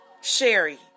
Sherry